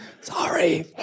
Sorry